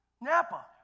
Napa